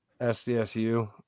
SDSU